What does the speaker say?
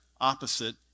opposite